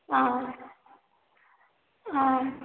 ஆ ஆ